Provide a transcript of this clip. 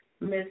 Miss